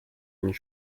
und